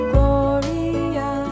Gloria